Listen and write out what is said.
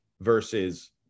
versus